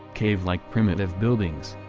cave-like primitive buildings,